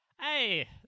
Hey